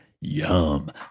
Yum